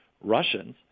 Russians